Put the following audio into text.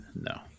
No